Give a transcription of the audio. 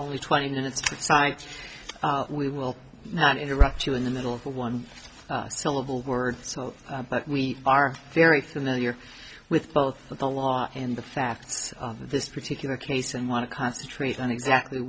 only twenty minutes of sight we will not interrupt you in the middle of one syllable words but we are very familiar with both the law and the facts of this particular case and want to concentrate on exactly